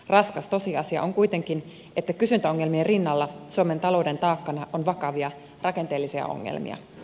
raskas tosiasia on kuitenkin että kysyntäongelmien rinnalla suomen talouden taakkana on vakavia rakenteellisia ongelmia